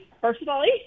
personally